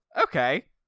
okay